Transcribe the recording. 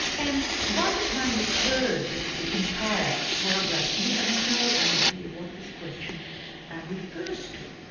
and by the time you've heard the the entire paragraph, you have no idea what this question refers to.